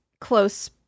close